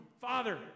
Father